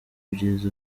ibyiza